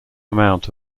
amount